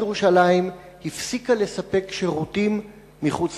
שאלה נוספת לחבר הכנסת